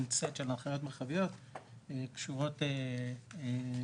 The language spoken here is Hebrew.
סט של הנחיות מרחביות קשורות לעיצוב,